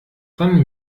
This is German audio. dann